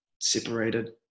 separated